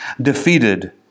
defeated